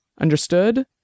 Understood